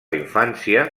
infància